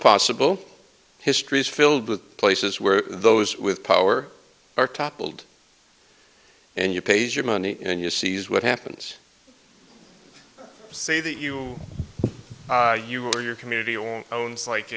possible history is filled with places where those with power are toppled and you pays your money and you seize what happens say that you you or your community or owns like